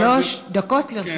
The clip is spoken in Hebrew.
שלוש דקות לרשותך.